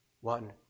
one